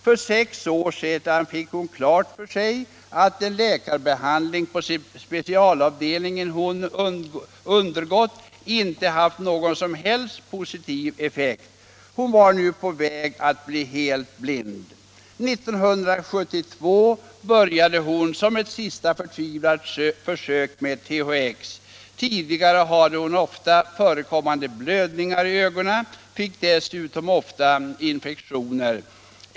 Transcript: För ca sex år sedan fick hon klart för sig att den läkarbehandling på specialavdelning hon undergått inte haft någon som helst positiv effekt. Hon var nu på väg att bli helt blind. 1972 började hon som ett sista förtvivlat försök med THX. Tidigare hade hon ofta förekommande blödningar i ögonen, fick dessutom ofta infektioner.